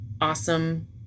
awesome